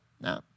no